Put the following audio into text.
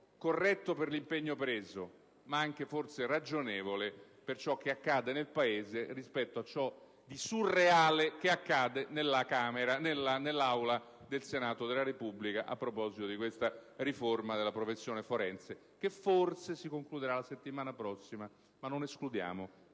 corretto con l'impegno preso, ma anche ragionevole in relazione a quanto accade nel Paese e rispetto a ciò che di surreale accade nell'Aula del Senato della Repubblica a proposito della riforma della professione forense. Quest'ultima forse si concluderà la settimana prossima, ma non escludiamo